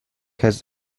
has